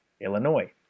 Illinois